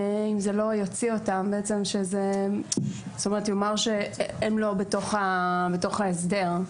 זה יאמר שהם לא בתוך ההסדר.